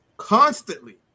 Constantly